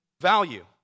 value